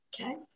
okay